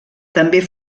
també